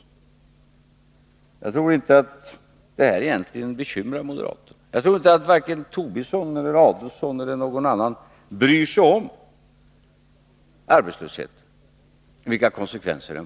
Men jag tror inte att det här egentligen bekymrar moderaterna. Jag tror inte att Lars Tobisson, Ulf Adelsohn eller någon annan moderat bryr sig om arbetslösheten och dess konsekvenser.